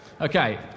Okay